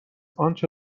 آنچه